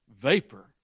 vapor